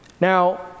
Now